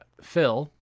Phil